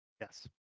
Yes